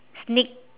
sneak